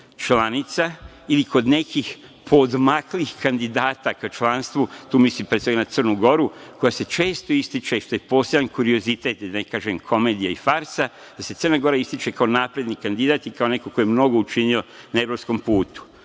članica ili kod nekih poodmaklih kandidata ka članstvu, tu mislim pre svega na Crnu Goru, koja se često ističe, što je poseban kuriozitet, da ne kažem komedija i farsa, da se Crna Gora ističe kao napredni kandidat i kao neko ko je mnogo učinio na evropskom putu.